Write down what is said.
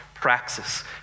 Praxis